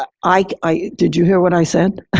i like i did you hear what i said?